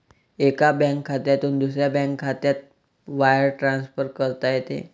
एका बँक खात्यातून दुसऱ्या बँक खात्यात वायर ट्रान्सफर करता येते